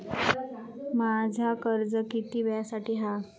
माझा कर्ज किती वेळासाठी हा?